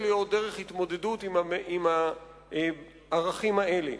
להיות דרך התמודדות עם הערכים האלה.